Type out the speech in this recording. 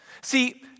See